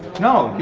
no,